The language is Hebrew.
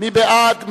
מי בעד?